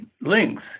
length